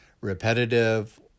repetitive